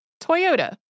Toyota